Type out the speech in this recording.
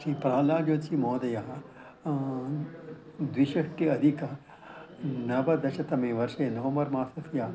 श्रीप्रहल्लाद् जोषिमहोदयः द्विषष्टिः अधिकनवदशतमे वर्षे नवम्बर्मासस्य